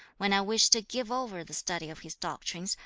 when i wish to give over the study of his doctrines,